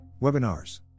webinars